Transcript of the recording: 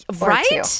right